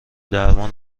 درمان